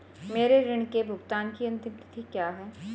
मेरे ऋण के भुगतान की अंतिम तिथि क्या है?